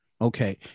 Okay